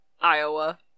iowa